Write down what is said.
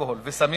אלכוהול וסמים